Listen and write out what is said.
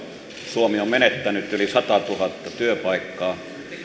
suomi on menettänyt yli satatuhatta työpaikkaa